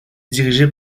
dirigés